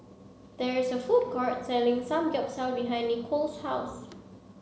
there is a food court selling Samgyeopsal behind Nikole's house